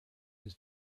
his